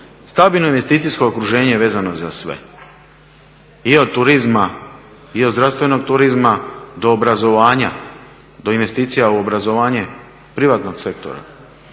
Stabilno investicijsko okruženje je vezano za sve i od turizma i od zdravstvenog turizma do obrazovanja, do investicija u obrazovanje privatnog sektora,